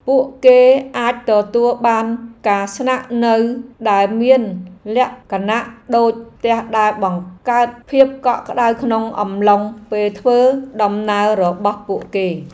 ពួកគេអាចទទួលបានការស្នាក់នៅដែលមានលក្ខណៈដូចផ្ទះដែលបង្កើតភាពកក់ក្ដៅក្នុងអំឡុងពេលធ្វើដំណើររបស់ពួកគេ។